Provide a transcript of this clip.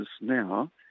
now